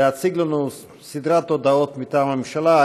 להציג לנו סדרת הודעות מטעם הממשלה.